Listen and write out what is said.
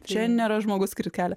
čia nėra žmogus kuris kelia